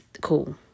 Cool